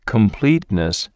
Completeness